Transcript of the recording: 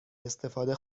استفاده